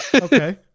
okay